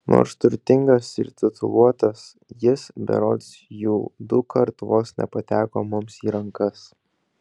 nors turtingas ir tituluotas jis berods jau dukart vos nepateko mums į rankas